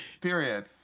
Period